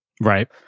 Right